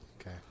Okay